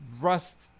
Rust